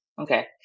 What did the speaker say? Okay